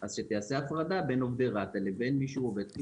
אז שתיעשה הפרדה בין עובדי רת"א לבין מי שהוא עובד חיצוני.